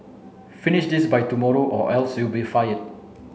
finish this by tomorrow or else you'll be fired